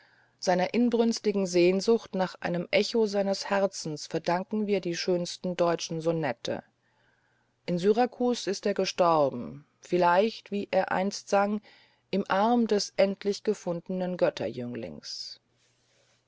seiner inbrünstigen sehnsucht nach einem echo seines herzens verdanken wir die schönsten deutschen sonette in syrakus ist er gestorben vielleicht wie er einst sang im arme des endlich gefundenen